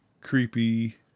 creepy